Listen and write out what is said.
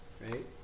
right